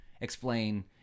explain